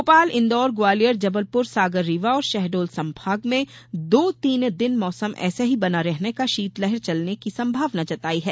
भोपाल इंदौर ग्वालियर जबलप्र सागर रीवा और शहडोल संभाग में दो तीन दिन मौसम ऐसा ही बना रहने और शीतलहर चलने की संभावना जताई है